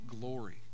glory